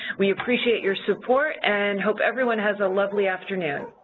we appreciate your support and hope everyone has a lovely afternoon.